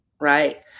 right